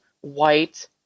white